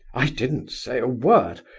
i didn't say a word,